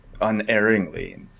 unerringly